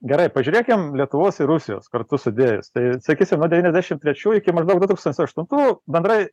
gerai pažiūrėkim lietuvos ir rusijos kartu sudėjus tai sakysim nuo devyniasdešim trečių iki maždaug du tūkstantis aštuntų bendrai